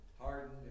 hardened